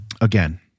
again